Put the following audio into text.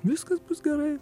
viskas bus gerai